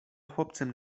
chłopcem